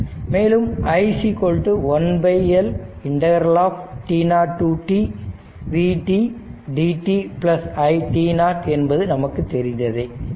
மேலும் i 1 L t0 to t ∫v dt i t என்பது நமக்குத் தெரிந்ததே